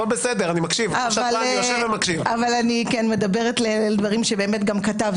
בכל זאת קבעתי אותו כדי שנוכל לדון בנושא דוח